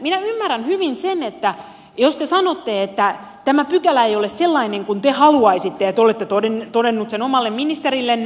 minä ymmärrän hyvin sen jos te sanotte että tämä pykälä ei ole sellainen kuin te haluaisitte ja te olette todennut sen omalle ministerillenne